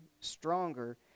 stronger